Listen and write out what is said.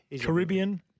Caribbean